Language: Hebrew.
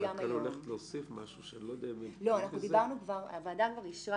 אבל את הולכת להוסיף משהו שאני לא יודע --- הוועדה כבר אישרה